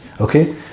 Okay